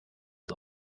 ist